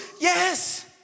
yes